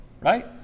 right